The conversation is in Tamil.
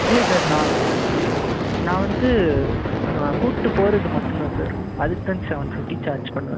இல்லை சார் நான் நான் வந்து நான் கூபிட்டு போகிறது மட்டும் தான் சார் அதுக்கு தான் செவன் ஃபிப்டி சார்ஜ் பண்ணுவேன்